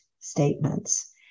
statements